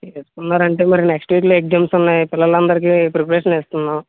తీసుకున్నారంటే మరి next week లో ఎగ్జామ్స్ ఉన్నాయి పిల్లలందరికి ప్రిపరేషన్ ఇస్తున్నాము